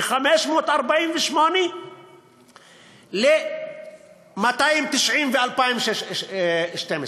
מ-548 ל-290 ב-2012.